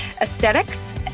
aesthetics